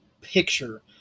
picture